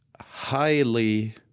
highly